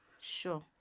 Sure